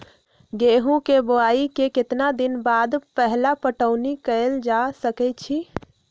गेंहू के बोआई के केतना दिन बाद पहिला पटौनी कैल जा सकैछि?